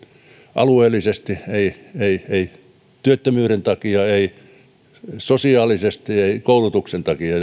alueellisesti eivät työttömyyden takia eivät sosiaalisesti eivät koulutuksen takia